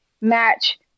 match